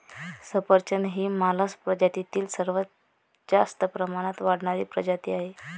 सफरचंद ही मालस प्रजातीतील सर्वात जास्त प्रमाणात वाढणारी प्रजाती आहे